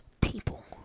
people